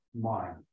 mind